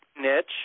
niche